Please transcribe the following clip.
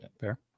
Fair